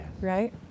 right